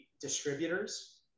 distributors